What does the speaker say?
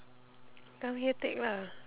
come here take lah